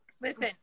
listen